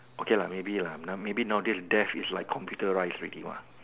okay lah maybe lah now maybe nowadays deaths is like computerised already what